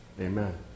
Amen